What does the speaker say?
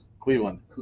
Cleveland